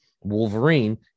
wolverine